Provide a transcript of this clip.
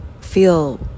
feel